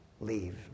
leave